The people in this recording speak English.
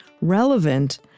relevant